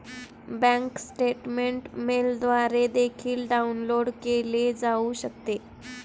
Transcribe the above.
bank statement मेलद्वारे देखील download केले जाऊ शकते